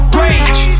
rage